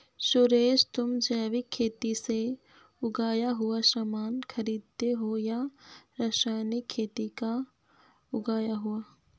सुरेश, तुम जैविक खेती से उगाया हुआ सामान खरीदते हो या रासायनिक खेती का उगाया हुआ?